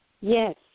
Yes